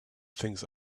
things